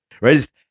right